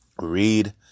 Read